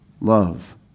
love